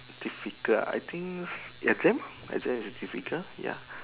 difficult I think exam exam is difficult ya